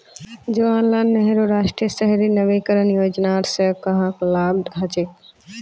जवाहर लाल नेहरूर राष्ट्रीय शहरी नवीकरण योजनार स कहाक लाभ हछेक